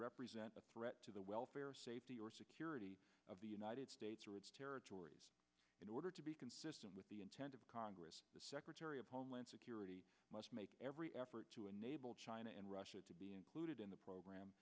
represent a threat to the welfare safety or security of the united states or its territories in order to be consistent with the intent of congress the secretary of homeland security must make every effort to enable china and russia to be included in the program